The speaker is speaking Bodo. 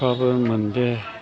फ्राबो मोन्दे